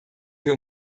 wir